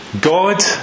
God